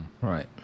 right